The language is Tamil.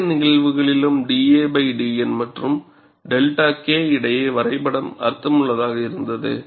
இரண்டு நிகழ்வுகளிலும் da dN மற்றும் 𝛅 K இடையே வரைபடம் அர்த்தமுள்ளதாக இருந்தது